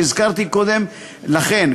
שהזכרתי קודם לכן,